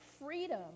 freedom